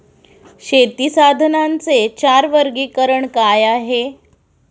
शेतीच्या साधनांचे चार वर्गीकरण काय आहे?